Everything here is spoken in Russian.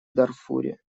дарфуре